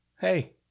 Hey